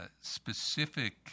specific